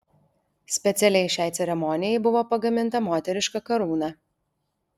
specialiai šiai ceremonijai buvo pagaminta moteriška karūna